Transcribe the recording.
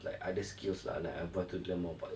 like other skills lah like I've got to learn more about it